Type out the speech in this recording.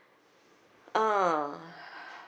ah